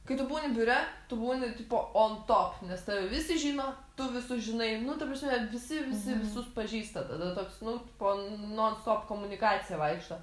kai tu būni biure tu būni tipo on top nes tave visi žino tu visus žinai nu ta prasme visi visi visus pažįsta tada toks nu po non stop komunikacija vaikšto